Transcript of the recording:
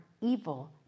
evil